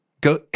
go